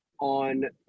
on